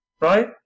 Right